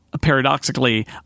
paradoxically